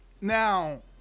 Now